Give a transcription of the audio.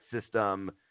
system